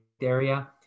area